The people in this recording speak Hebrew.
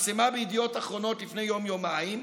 שפורסמה בידיעות אחרונות לפני יום-יומיים,